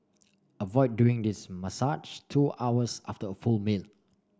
avoid doing this massage two hours after a full meal